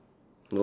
no